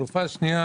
החלופה השנייה.